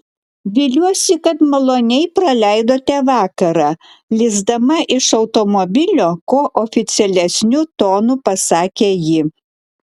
viliuosi kad maloniai praleidote vakarą lįsdama iš automobilio kuo oficialesniu tonu pasakė ji